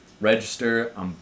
register